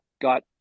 got